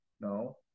No